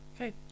Okay